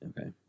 Okay